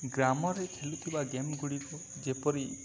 ଗ୍ରାମରେ ଖେଳୁଥିବା ଗେମ୍ ଗୁଡ଼ିକ ଯେପରି